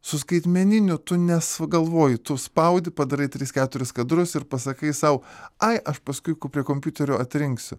su skaitmeniniu tu nesugalvoji tu spaudi padarai tris keturis kadrus ir pasakai sau ai aš paskui prie kompiuterio atrinksiu